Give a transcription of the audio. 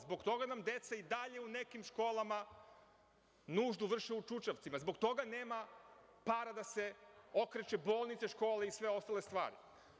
Zbog toga nam deca i dalje u nekim školama nuždu vrše u čučavcima, zbog toga nema para da se okreče bolnice, škole i sve ostale stvari.